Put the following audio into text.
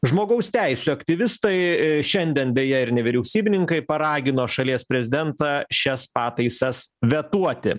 žmogaus teisių aktyvistai šiandien beje ir nevyriausybininkai paragino šalies prezidentą šias pataisas vetuoti